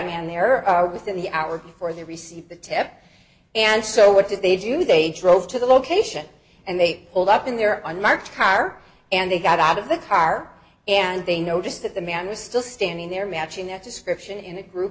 man there are within the hour before they received the tip and so what did they do they drove to the location and they pulled up in there on marked car and they got out of the car and they noticed that the man was still standing there matching that description in a group